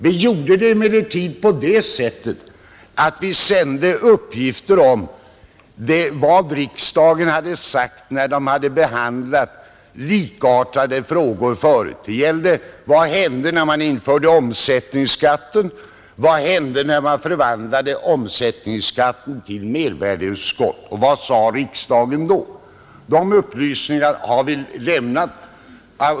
Vi gjorde emellertid på det sättet att vi sände skatteutskottet uppgifter om vad riksdagen hade sagt när den hade behandlat likartade frågor förut. Vi talade t.ex. om vad riksdagen hade yttrat när man införde omsättningsskatten och när man förvandlade den till mervärdeskatt. Dessa upplysningar har vi lämnat.